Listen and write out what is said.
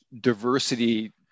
diversity